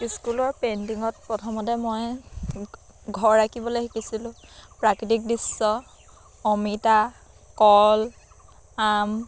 স্কুলৰ পেইণ্টিঙত প্ৰথমতে মই ঘৰ আঁকিবলৈ শিকিছিলোঁ প্ৰাকৃতিক দৃশ্য অমিতা কল আম